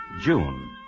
June